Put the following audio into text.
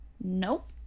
Nope